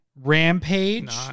rampage